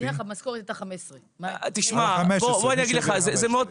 נניח המשכורת בגובה 15,000. זה מאוד פשוט.